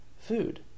food